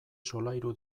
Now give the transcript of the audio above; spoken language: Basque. solairu